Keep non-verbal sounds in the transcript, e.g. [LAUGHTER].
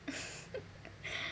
[LAUGHS]